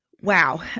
Wow